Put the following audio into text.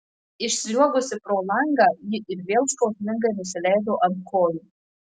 išsliuogusi pro langą ji ir vėl skausmingai nusileido ant kojų